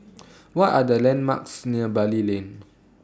What Are The landmarks near Bali Lane